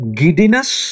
giddiness